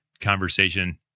conversation